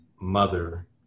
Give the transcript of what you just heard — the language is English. mother